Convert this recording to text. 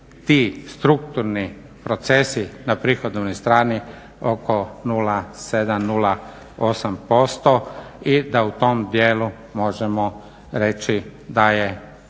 ti strukturni procesi na prihodovnoj strani oko 0,7 ili 0,8% i da u tom dijelu možemo reći da je